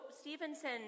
Stevenson